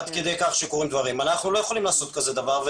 אנחנו לא יכולים לעשות דבר הזה.